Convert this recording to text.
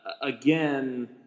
again